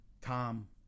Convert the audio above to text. Tom